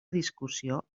discussió